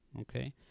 okay